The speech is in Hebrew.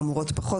חמורות פחות.